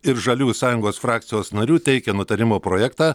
ir žaliųjų sąjungos frakcijos narių teikia nutarimo projektą